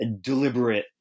deliberate